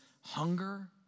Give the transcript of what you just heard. hunger